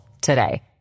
today